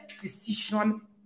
decision